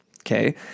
okay